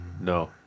No